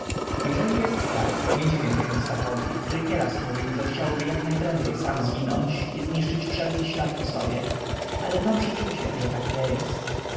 jeżeli jest tak nie dziwię się stachowi który nieraz mówił że chciałby jak najprędzej sam zginąć i zniszczyć wszelki ślad po sobie ale mam przeczucie że tak nie jest